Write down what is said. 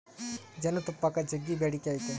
ಜೇನುತುಪ್ಪಕ್ಕ ಜಗ್ಗಿ ಬೇಡಿಕೆ ಐತೆ